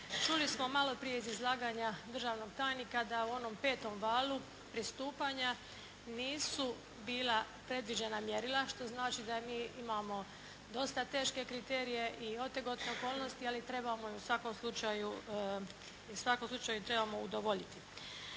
Čuli smo malo prije iz izlaganja državnog tajnika da u onom petom valu pristupanja nisu bila predviđena mjerila što znači da mi imamo dosta teške kriterije i otegotne okolnosti ali trebamo im u svakom slučaju, u svakom